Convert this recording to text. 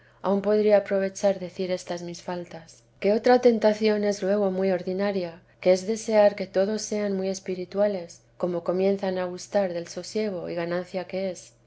aun podría aprovechar decir estas mis faltas otra tentación es luego muy ordinaria que es desear que todos sean muy espirituales como comienzan a gustar del sosiego y ganancia que es